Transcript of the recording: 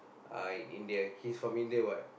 uh in India he's from India what